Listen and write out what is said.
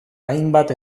hainbat